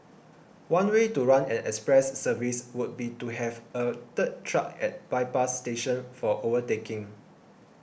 one way to run an express service would be to have a third track at bypass stations for overtaking